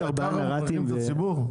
אבל ככה מחנכים את הציבור?